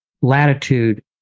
latitude